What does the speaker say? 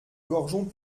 gorgeons